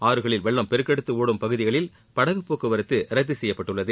ஆறுகளில் வெள்ளம் பெருக்கெடுத்து ஒடும் பகுதிகளில் படகு போக்குவரத்து ரத்து செய்யப்பட்டுள்ளது